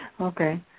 Okay